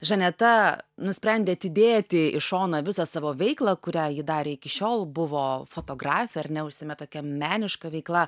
žaneta nusprendė atidėti į šoną visą savo veiklą kurią ji darė iki šiol buvo fotografė ar ne užsiėmė tokia meniška veikla